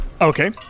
Okay